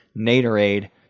naderade